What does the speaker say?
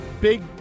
big